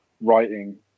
writing